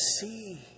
see